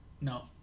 No